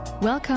Welcome